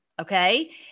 Okay